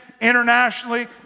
internationally